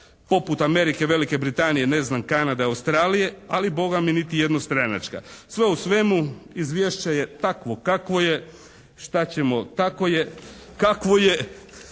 poput Amerike, Velike Britanije, ne znam Kanade, Australije ali «Boga mi» niti jednostranačka. Sve u svemu izvješće je takvo kakvo je. Šta ćemo? Tako je kakvo je.